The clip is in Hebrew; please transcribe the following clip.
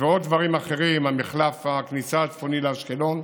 ועוד דברים אחרים, מחלף הכניסה הצפוני לאשקלון,